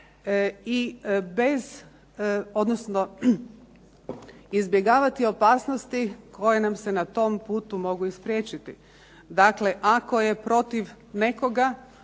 i bez, odnosno izbjegavati opasnosti koje nam se na tom putu mogu ispriječiti. Dakle ako je protiv nekoga